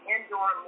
Indoor